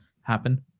happen